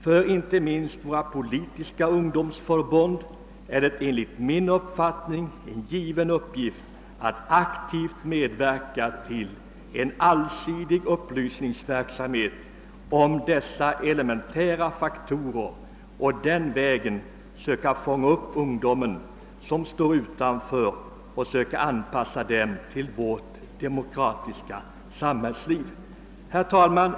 För inte minst våra politiska ungdomsförbund är det enligt min uppfattning en given uppgift att aktivt medverka till en allsidig upplysningsverksamhet om dessa elementära faktorer för att på den vägen söka fånga upp ungdomar, som står utanför, och söka anpassa dem till vårt demokratiska samhällsliv. Herr talman!